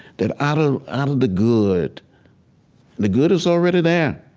that out ah out of the good the good is already there.